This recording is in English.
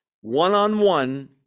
one-on-one